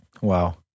Wow